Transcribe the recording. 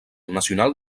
nacional